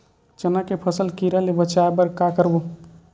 चना के फसल कीरा ले बचाय बर का करबो?